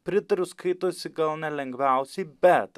pritariu skaitosi gal ne lengviausiai bet